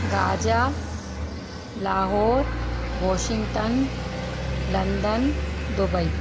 gaza Lahore Washington London Dubai